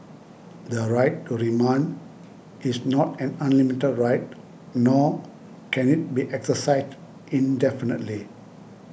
the right to remand is not an unlimited right nor can it be exercised indefinitely